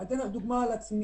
אני אתן לך דוגמה על עצמי.